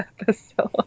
episode